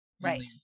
Right